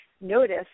notice